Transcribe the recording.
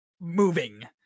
moving